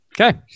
Okay